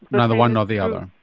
neither one nor the other?